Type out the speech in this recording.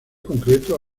concreto